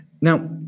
Now